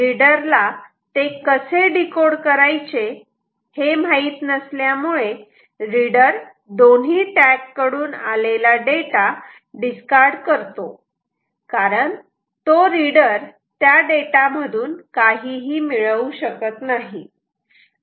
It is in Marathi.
रीडर ला ते कसे डिकोड करायचे माहीत नसल्यामुळे रीडर दोन्ही टॅग कडून आलेला डेटा डिस्कार्ड करतो कारण तो रीडर त्या डेटा मधून काहीही मिळवू शकत नाही